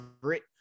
grit